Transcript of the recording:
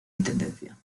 intendencia